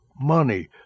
money